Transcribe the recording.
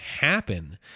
happen